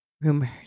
rumors